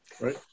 right